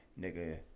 Nigga